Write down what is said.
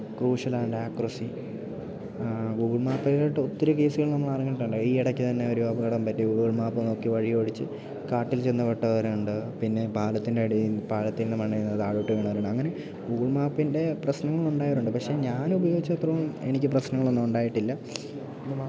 crucial and accuracy Google മാപ്പിലോട്ട് ഒത്തിരി കേസുകള് നമ്മൾ അറിഞ്ഞിട്ടുണ്ട് ഈ ഇടയ്ക്ക് തന്നെ ഒരു അപകടം പറ്റി ഗൂഗിൾ മാപ്പ് നോക്കി വഴി ഓടിച്ചു കാട്ടിൽ ചെന്നു പെട്ടവർ ഉണ്ട് പിന്നെ പാലത്തിൻ്റെ അടിയില് പാലത്തിൽ നിന്ന് മണ്ണിൽ നിന്ന് താഴോട്ട് വീണവർ ഉണ്ട് അങ്ങനെ ഗൂഗിൾ മാപ്പിന്റെ പ്രശ്നങ്ങളും ഉണ്ടായവർ ഉണ്ട് പക്ഷെ ഞാൻ ഉപയോഗിച്ചു അത്രയും എനിക്ക് പ്രശ്നങ്ങൾ ഒന്നും ഉണ്ടായിട്ടില്ല